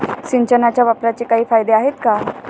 सिंचनाच्या वापराचे काही फायदे आहेत का?